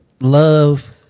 love